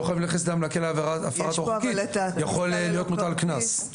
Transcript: לא חייבים להכניס לכלא על --- יכול להיות מוטל קנס.